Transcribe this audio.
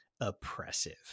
oppressive